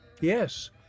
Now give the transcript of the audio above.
yes